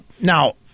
Now